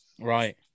Right